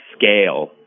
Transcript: scale